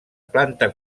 planta